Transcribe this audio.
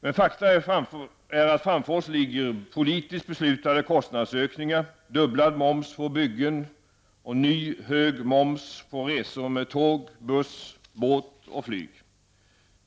Men fakta är att framför oss ligger politiskt beslutade kostnadsökningar: dubblad moms på byggen och ny, hög moms på resor med tåg, buss, båt och flyg.